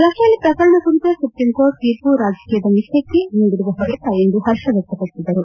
Rafale ಪ್ರಕರಣ ಕುರಿತ supreme court ತೀರ್ಮ ರಾಜಕೀಯದ ಮಿಥ್ಲಕ್ಷೆ ನೀಡಿರುವ ಹೊಡೆತ ಎಂದು ಪರ್ಷ ವ್ಯಕ್ತಪಡಿಸಿದರು